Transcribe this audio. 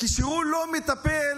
לא מטפל,